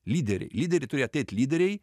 lyderiai lyderiai turi ateit lyderiai